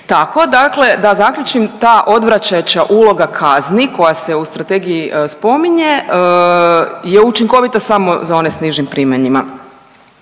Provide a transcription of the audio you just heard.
Tako dakle, da zaključim, ta odvračajuća uloga kazni koja se u strategiji spominje je učinkovita samo za one s nižim primanjima.